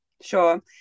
Sure